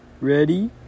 Ready